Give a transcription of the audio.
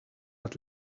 het